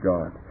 God